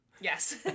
Yes